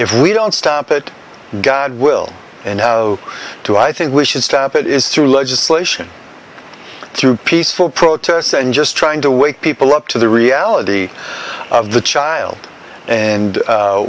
if we don't stop it god will and to i think we should stop it is through legislation through peaceful protests and just trying to wake people up to the reality of the child and